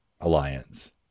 Alliance